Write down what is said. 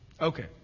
Okay